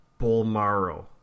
Bulmaro